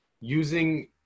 using